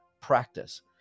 practice